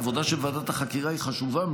העבודה של ועדת החקירה היא חשובה,